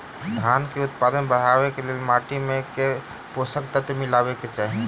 धानक उत्पादन बढ़ाबै लेल माटि मे केँ पोसक तत्व मिलेबाक चाहि?